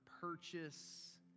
purchase